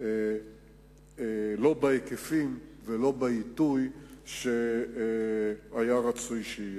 לא בהיקף ולא בעיתוי שהיו רצויים.